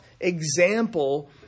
example